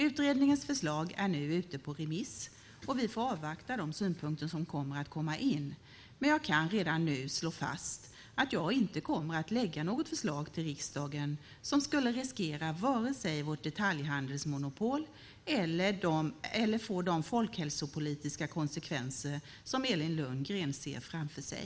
Utredningens förslag är nu ute på remiss och vi får avvakta de synpunkter som kommer att komma in, men jag kan redan nu slå fast att jag inte kommer att lägga något förslag till riksdagen som skulle riskera vare sig vårt detaljhandelsmonopol eller få de folkhälsopolitiska konsekvenser som Elin Lundgren ser framför sig.